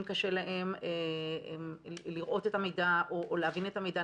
קשה להם לראות את המידע או להבין את המידע.